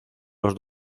los